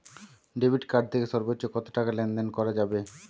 Debit card থেকে সর্বোচ্চ কত টাকা লেনদেন করা যাবে?